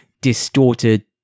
distorted